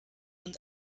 und